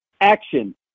action